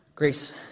Grace